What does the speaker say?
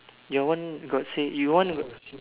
your one got say your one got